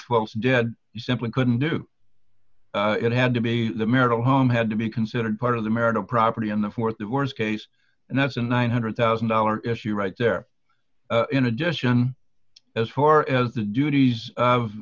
did you simply couldn't do it had to be the marital home had to be considered part of the marital property in the for the worse case and that's a nine hundred thousand dollars issue right there in addition as far as the duties of